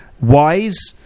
wise